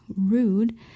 rude